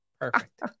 Perfect